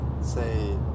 say